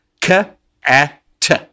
K-A-T